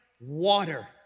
water